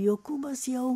jokūbas jau